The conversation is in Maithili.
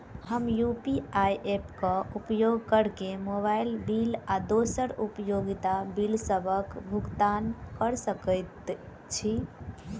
हम यू.पी.आई ऐप क उपयोग करके मोबाइल बिल आ दोसर उपयोगिता बिलसबक भुगतान कर सकइत छि